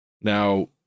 Now